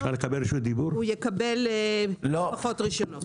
הוא יקבל פחות רישיונות.